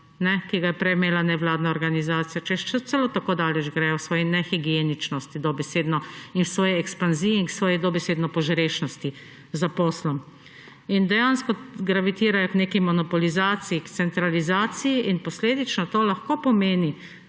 ki ga je prej imela nevladna organizacija. Še celo tako daleč grejo v svoji nehigieničnosti, dobesedno, in v svoji ekspanziji in v svoji dobesedno požrešnosti s poslom. Dejansko gravitirajo k neki monopolizaciji, k centralizaciji in posledično to lahko pomeni